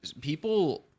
people